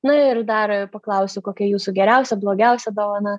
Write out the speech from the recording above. na ir dar paklausiu kokia jūsų geriausia blogiausia dovana